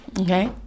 okay